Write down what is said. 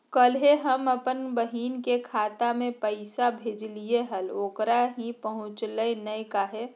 कल्हे हम अपन बहिन के खाता में पैसा भेजलिए हल, ओकरा ही पहुँचलई नई काहे?